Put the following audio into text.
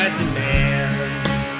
demands